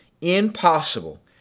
impossible